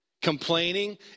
Complaining